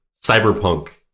cyberpunk